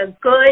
good